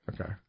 Okay